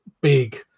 big